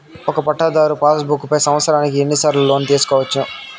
ఒక పట్టాధారు passbook పై సంవత్సరానికి ఎన్ని సార్లు లోను తీసుకోవచ్చు?